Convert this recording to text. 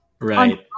Right